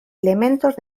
elementos